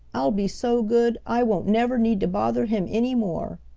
i'll be so good i won't never need to bother him any more.